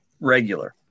regular